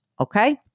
Okay